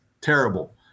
terrible